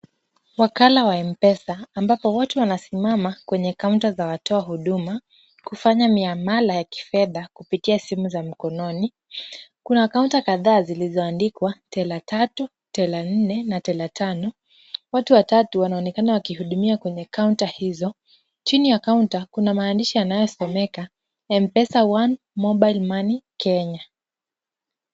Wakala wa M-Pesa ambapo watu wanasimama kwa kaunta za watoa wahuduma kufanya miamala ya kifedha kupitia simu za mkononi, Kuna kaunta kadhaa zilizoandikwa, tela tatu, tela nne na tela tano. Watu watatu wanaonekana wakihudumiwa kwenye kaunta hizo. Chini ya kaunta kuna maandishi yanayosomeka M-pesa one mobile money Kenya.